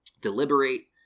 deliberate